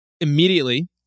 Immediately